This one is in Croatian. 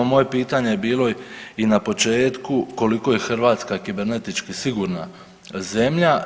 Moje pitanje je bilo i na početku koliko je Hrvatska kibernetički sigurna zemlja.